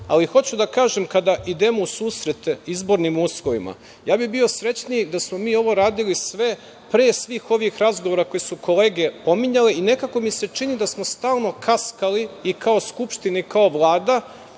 da kažem, kada idemo u susret izbornim uslovima, ja bi bio srećniji da smo mi ovo radili pre svih ovih razgovora koje su kolege pominjale i nekako mi se čini da smo stalno kaskali i kao Skupština i kao Vlada.